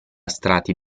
strati